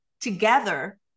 together